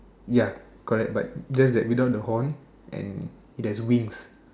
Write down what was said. ya correct but just that without the Horn and there's wings